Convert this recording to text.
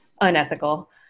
unethical